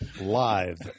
Live